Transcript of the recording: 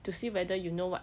to see whether you know what